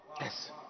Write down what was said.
Yes